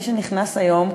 מי שנכנס היום,